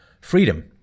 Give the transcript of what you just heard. freedom